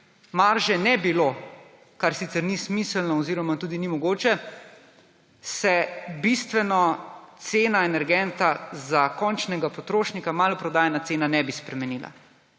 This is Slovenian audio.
marže ne bilo, kar sicer ni smiselno oziroma tudi ni mogoče, se bistveno cena energenta za končnega potrošnika, maloprodajna cena, ne bi spremenila.